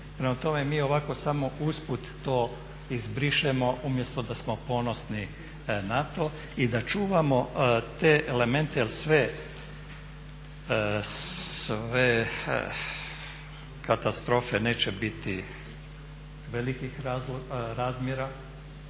Prema tome mi ovako samo usput to izbrišemo umjesto da smo ponosni na to i da čuvamo te elemente jer sve katastrofe neće biti velikih razmjera,